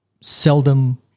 seldom